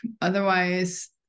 Otherwise